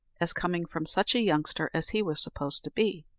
as coming from such a youngster as he was supposed to be.